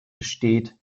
besteht